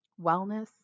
wellness